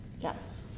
Yes